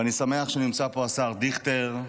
ואני שמח שנמצא פה השר דיכטר,